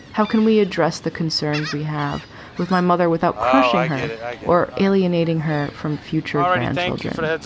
how can we address the concerns we have with my mother without crushing her or alienating her from future grandchildren?